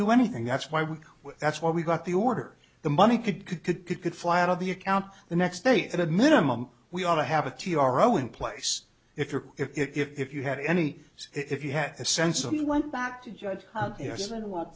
do anything that's why we that's why we got the order the money could could could could could fly out of the account the next day at a minimum we ought to have a t r o in place if you're if you had any if you had a sense of who went back to judge us and what